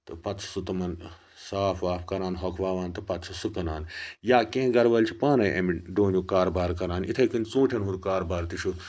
تہٕ پتہٕ چھُ سُہ تِمن صاف واف کَران ہۄکھناوان تہٕ پتہٕ چھُ سُہ کٕنان یا کینٛہہ گَروٲلۍ چھِ پانے اَمہِ ڈوٗنیُک کاربار کَران یِتھے کٔنۍ ژوٗنٛٹھٮ۪ن ہُنٛد کاربار تہِ چھُ